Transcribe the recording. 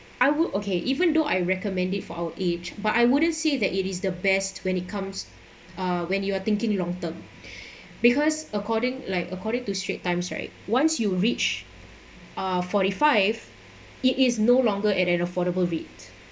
I would okay even though I recommend it for our age but I wouldn't say that it is the best when it comes uh when you're thinking long term because according like according to strait times right once you reach uh forty five it is no longer at an affordable rate